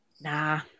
Nah